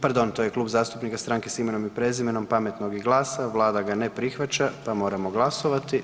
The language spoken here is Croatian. Pardon, to je Kluba zastupnika Stranke s imenom i prezimenom, Pametnog i GLAS-a, Vlada ne prihvaća pa moramo glasovati.